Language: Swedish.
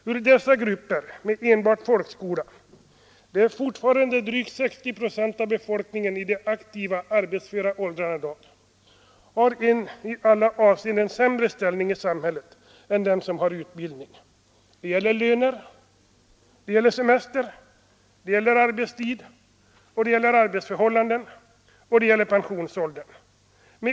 Hur dessa grupper med enbart folkskola — de är fortfarande drygt 60 procent av befolkningen i de aktiva arbetsföra åldrarna i dag — har en i alla avseenden sämre ställning i samhället än de som har utbildning. Det gäller löner, semester, arbetstid och arbetsförhållanden och det gäller pensionsåldern.